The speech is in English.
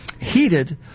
heated